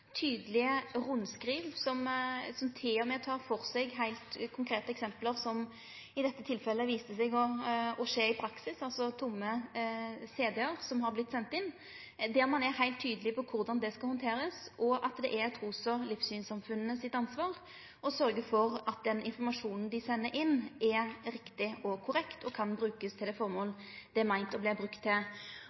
tydelege rundskriv, som til og med tek for seg heilt konkrete eksempel, som i dette tilfellet viste seg å skje i praksis, altså tomme CD-ar som har vore sende inn. Ein er heilt tydeleg på korleis det skal handterast, at det er trus- og livssynssamfunnas ansvar å sørgje for at den informasjonen dei sender inn, er riktig og korrekt og kan brukast til det formålet det er meint